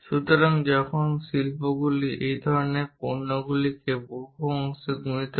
সুতরাং যখন শিল্পগুলি এই ধরণের পণ্যগুলিকে বহু অংশে গুণিত করে